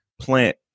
plant